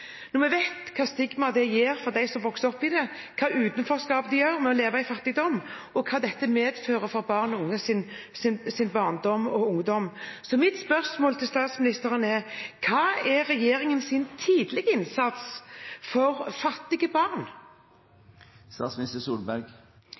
når vi vet hvilket stigma det gir å vokse opp i fattigdom, hvilket utenforskap det gir å leve i fattigdom, og hva dette medfører for barn og unges barndom og ungdom. Mitt spørsmål til statsministeren er: Hva er regjeringens tidlige innsats for fattige barn? Tidlig innsats for fattige barn